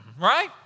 Right